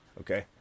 Okay